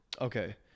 Okay